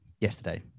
yesterday